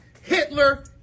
Hitler